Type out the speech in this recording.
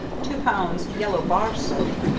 two pounds yellow bar soap,